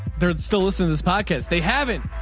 they're still listening to this podcast. they haven't